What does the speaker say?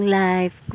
life